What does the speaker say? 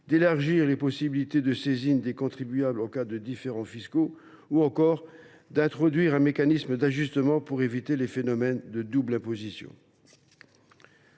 l’élargissement des possibilités de saisine des contribuables en cas de différends fiscaux ou encore l’introduction d’un mécanisme d’ajustement pour éviter les phénomènes de double imposition.